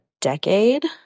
decade